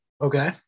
okay